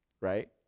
right